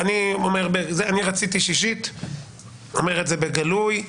אני רציתי שישית ואומר את זה בגלוי.